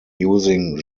using